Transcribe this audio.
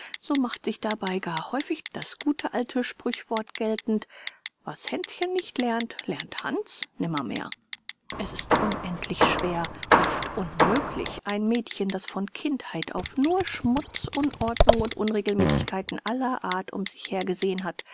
so macht sich dabei gar häufig das gute alte sprüchwort geltend was hänschen nicht lernt lernt hans nimmermehr es ist unendlich schwer oft unmöglich ein mädchen das von kindheit auf nur schmutz unordnung und unregelmäßigkeiten aller art um sich her gesehen hat